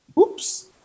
Oops